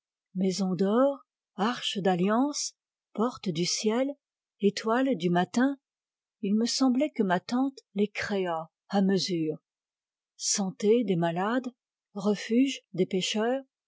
maison d'or arche d'alliance porte du ciel étoile du matin il me semblait que ma tante les créât à mesure santé des malades refuge des pécheurs